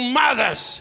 mothers